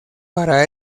para